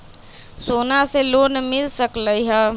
सोना से लोन मिल सकलई ह?